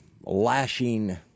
lashing